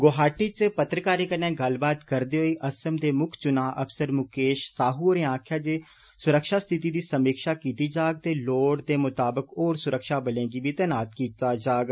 गोहाटी च पत्रकारें कन्नै गल्लबात करेद होई असम दे मुक्ख चुनां अफसर मुकेष साहु होरें आक्खेआ जे सुरक्षा स्थिति दी समीक्षा कीती जाग ते लोड़ दे मुताबक होर सुरक्षाबलें गी तैनान कीता जाग